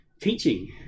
teaching